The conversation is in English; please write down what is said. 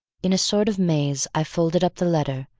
in a sort of maze i folded up the letter,